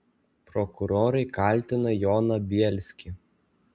prokurorai kaltina joną bielskį